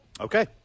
Okay